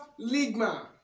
Ligma